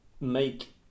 make